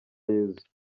yezu